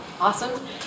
Awesome